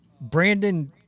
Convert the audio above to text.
Brandon